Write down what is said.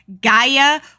Gaia